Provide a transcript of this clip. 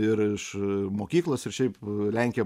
ir iš mokyklos ir šiaip lenkija